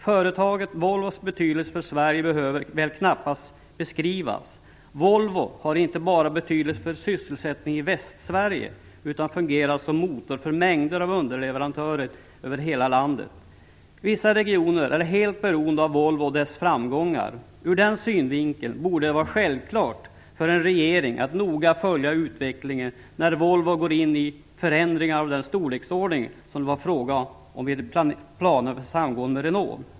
Företaget Volvos betydelse för Sverige behöver väl knappast beskrivas. Volvo har inte bara betydelse för sysselsättningen i Västsverige utan fungerar som motor för mängder av underleverantörer över hela landet. Vissa regioner är helt beroende av Volvo och dess framgångar. Ur den synvinkeln borde det vara självklart för en regering att noga följa utvecklingen när Volvo går in i förändringar av den storleksordning som det var fråga om vid planerna för samgåendet med Renault.